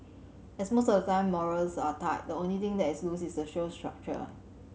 as most of the time morals are tight the only thing that is loose is the show's structure